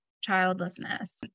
childlessness